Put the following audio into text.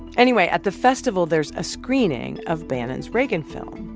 anyway, at the festival, there's a screening of bannon's reagan film.